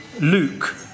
luke